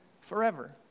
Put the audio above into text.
forever